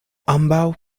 ambaŭ